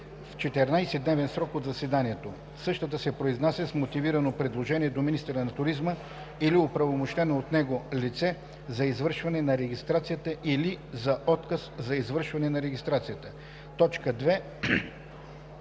В 14-дневен срок от заседанието ЕКРТТА се произнася с мотивирано предложение до министъра на туризма или оправомощено от него лице за извършване на регистрацията или за отказ за извършване на регистрацията. 2.